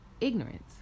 ignorance